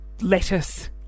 Lettuce